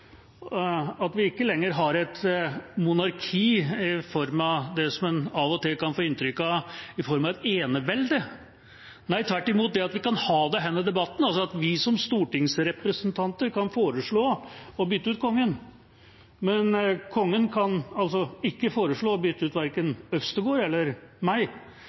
at vi ikke lenger har et monarki i form av det man av og til kan få inntrykk av: i form av et enevelde. Nei, tvert imot: Det at vi kan ha denne debatten, altså at vi som stortingsrepresentanter kan foreslå å bytte ut Kongen, mens Kongen ikke kan foreslå å bytte ut verken Øvstegård eller meg,